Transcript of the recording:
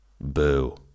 boo